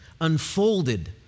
unfolded